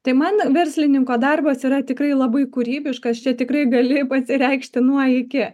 tai man verslininko darbas yra tikrai labai kūrybiškas čia tikrai gali pasireikšti nuo iki